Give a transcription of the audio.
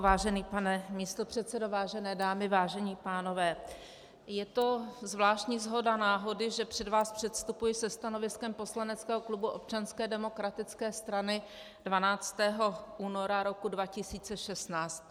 Vážený pane místopředsedo, vážené dámy, vážení pánové, je to zvláštní shoda náhody, že před vás předstupuji se stanoviskem poslaneckého klubu Občanské demokratické strany 12. února roku 2016.